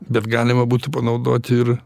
bet galima būtų panaudot ir